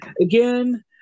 again